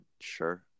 sure